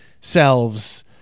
selves